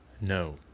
no